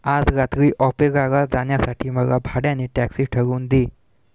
आज रात्री ऑपेराला जाण्यासाठी मला भाड्याने टॅक्सी ठरवून दे